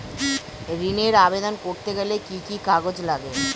ঋণের আবেদন করতে গেলে কি কি কাগজ লাগে?